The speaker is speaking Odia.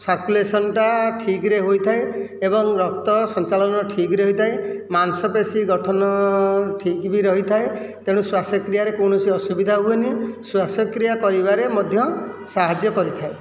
ସର୍କୁଲେସନଟା ଠିକ୍ରେ ହୋଇଥାଏ ଏବଂ ରକ୍ତ ସଞ୍ଚାଳନ ଠିକ୍ରେ ହୋଇଥାଏ ମାଂସପେଶୀ ଗଠନ ଠିକ୍ ବି ରହିଥାଏ ତେଣୁ ଶ୍ୱାସକ୍ରିୟାରେ କୌଣସି ଅସୁବିଧା ହୁଏନାହିଁ ଶ୍ଵାସକ୍ରିୟା କରିବାରେ ମଧ୍ୟ ସାହାଯ୍ୟ କରିଥାଏ